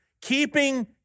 keeping